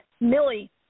Millie